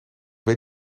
weet